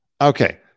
Okay